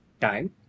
time